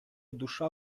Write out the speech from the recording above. душа